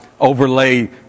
overlay